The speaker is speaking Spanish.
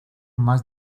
más